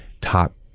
top